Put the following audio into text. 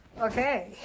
Okay